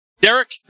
Derek